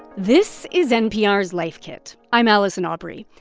this is npr's life kit. i'm allison aubrey.